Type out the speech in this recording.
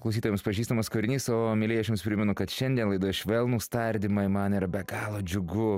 klausytojams pažįstamas kūrinys o mielieji aš primenu kad šiandien laida švelnūs tardymai man yra be galo džiugu